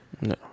no